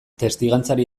testigantzari